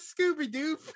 Scooby-Doo